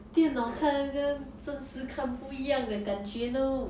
电脑看那个跟真实看不一样的感觉 know